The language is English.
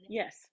yes